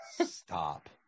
stop